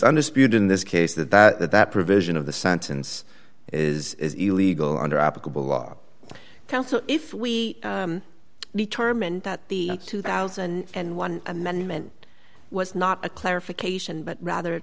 spewed in this case that that that provision of the sentence is illegal under applicable law if we determine that the two thousand and one amendment was not a clarification but rather